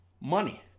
money